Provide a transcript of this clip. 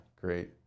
great